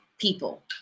People